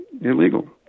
illegal